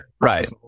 right